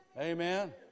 Amen